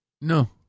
No